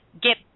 get